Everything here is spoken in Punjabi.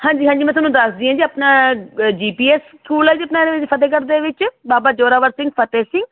ਹਾਂਜੀ ਹਾਂਜੀ ਮੈਂ ਤੁਹਾਨੂੰ ਦੱਸਦੀ ਹਾਂ ਜੀ ਆਪਣਾ ਪ ਜੀ ਪੀ ਐੱਸ ਸਕੂਲ ਹੈ ਜੀ ਆਪਣਾ ਇਹਦੇ ਵਿੱਚ ਫਤਿਹਗੜ੍ਹ ਦੇ ਵਿੱਚ ਬਾਬਾ ਜ਼ੋਰਾਵਰ ਸਿੰਘ ਫਤਿਹ ਸਿੰਘ